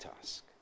task